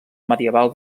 medieval